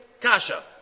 Kasha